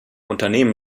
unternehmen